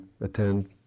attend